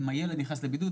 אם הילד נכנס לבידוד,